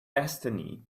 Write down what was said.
destiny